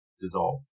dissolve